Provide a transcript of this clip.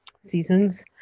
seasons